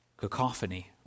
Cacophony